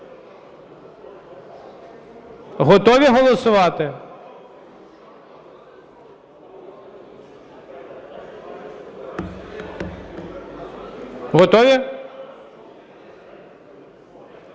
Готові голосувати? Готові?